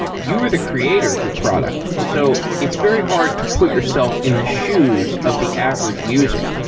you're the creator of your product, so it's very hard to put yourself in the shoes of the average user.